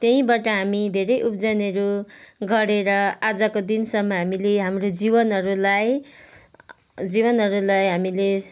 त्यहीँबाट हामी धेरै उब्जनीहरू गरेर आजको दिनसम्म हामीले हाम्रो जीवनहरूलाई जीवनहरूलाई हामीले